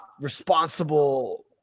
responsible